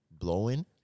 blowing